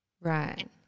right